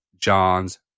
john's